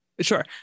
Sure